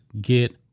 get